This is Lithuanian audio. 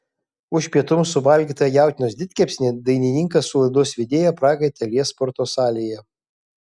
už pietums suvalgytą jautienos didkepsnį dainininkas su laidos vedėja prakaitą lies sporto salėje